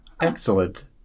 Excellent